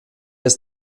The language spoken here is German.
ist